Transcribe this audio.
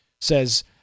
says